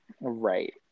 right